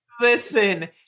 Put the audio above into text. listen